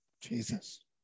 Jesus